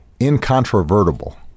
incontrovertible